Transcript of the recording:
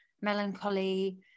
melancholy